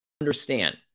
understand